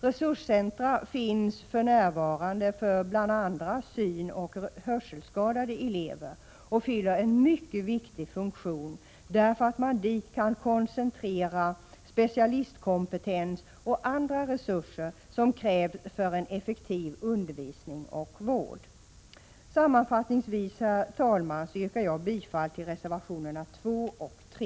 Resurscentra finns för närvarande för bl.a. synoch hörselskadade elever och fyller en mycket viktig funktion, därför att man dit kan koncentrera specialistkompetens och andra resurser som krävs för en effektiv undervisning och vård. Sammanfattningsvis, herr talman, yrkar jag bifall till reservationerna 2 och 3.